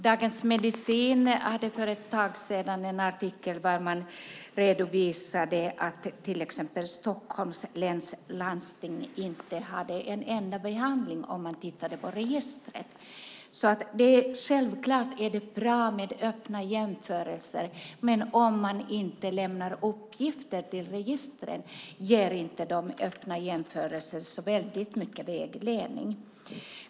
Dagens Medicin hade för ett tag sedan en artikel där man redovisade att till exempel Stockholms läns landsting inte hade en enda behandling om man tittade i registret. Självklart är det bra med öppna jämförelser, men om man inte lämnar uppgifter till registret ger inte de öppna jämförelserna så väldigt mycket vägledning.